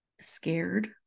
scared